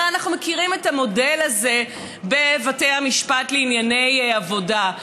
הרי אנחנו מכירים את המודל הזה בבתי המשפט לענייני עבודה,